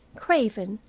craven,